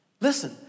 Listen